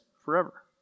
forever